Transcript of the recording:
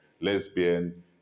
lesbian